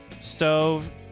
stove